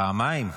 פעמיים?